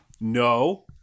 No